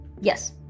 Yes